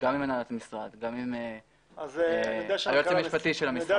גם עם הנהלת המשרד וגם עם היועץ המשפטי של המשרד,